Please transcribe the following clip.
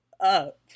up